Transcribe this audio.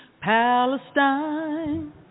Palestine